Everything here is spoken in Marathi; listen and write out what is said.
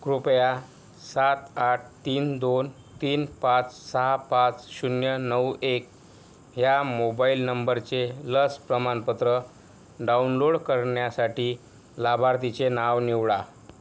कृपया सात आठ तीन दोन तीन पाच सहा पाच शून्य नऊ एक ह्या मोबाईल नंबरचे लस प्रमाणपत्र डाउनलोड करण्यासाठी लाभार्थीचे नाव निवडा